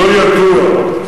לא ידוע,